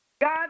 God